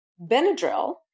Benadryl